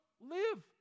live